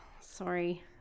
Sorry